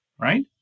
right